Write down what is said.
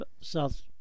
South